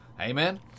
Amen